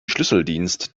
schlüsseldienst